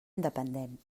independent